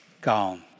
Gone